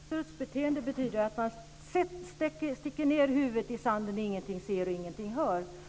Herr talman! Strutsbeteende betyder att man sticker ned huvudet i sanden och ingenting ser och ingenting hör.